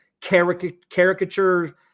caricature